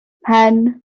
mhen